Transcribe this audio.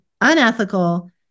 unethical